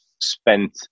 spent